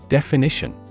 Definition